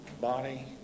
body